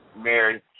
Mary